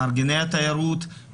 מארגני התיירות,